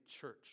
church